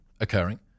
occurring